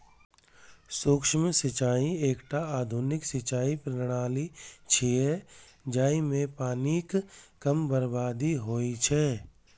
सूक्ष्म सिंचाइ एकटा आधुनिक सिंचाइ प्रणाली छियै, जइमे पानिक कम बर्बादी होइ छै